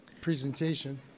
presentation